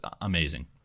amazing